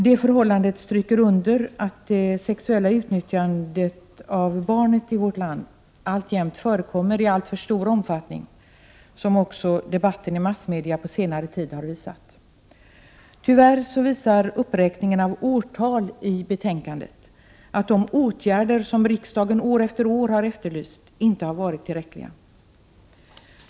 Det förhållandet stryker under att det sexuella utnyttjandet av barn i vårt land alltjämt förekommer i stor omfattning, vilket också debatten i massmedia på senare tid har visat. Tyvärr visar uppräkningen av årtal i betänkandet att de åtgärder som riksdagen år efter år har efterlyst inte har varit tillräckliga.